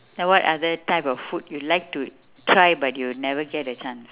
then what other type of food you'll like to try but you never get the chance